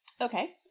Okay